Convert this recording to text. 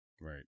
right